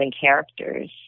characters